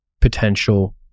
potential